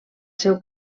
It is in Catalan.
seu